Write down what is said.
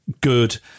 good